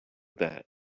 that